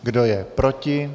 Kdo je proti?